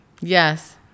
yes